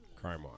Crime